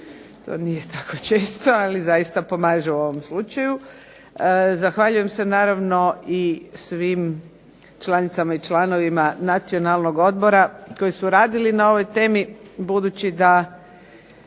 To nije tako često ali zaista pomaže u ovom slučaju. Zahvaljujem se naravno i svim članicama i članovima Nacionalnog odbora koji su radili na ovoj temi budući da